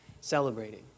celebrating